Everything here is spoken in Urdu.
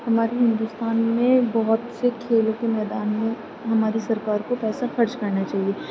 ہمارے ہندوستان میں بہت سے کھیلوں کے میدان ہیں ہماری سرکار کو پیسہ خرچ کرنا چاہیے